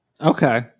Okay